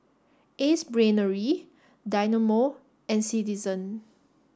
Ace Brainery Dynamo and Citizen